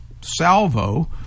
salvo